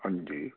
ہاں جی